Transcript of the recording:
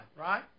Right